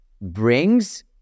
brings